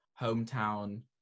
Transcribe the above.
hometown